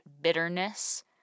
bitterness